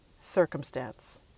circumstance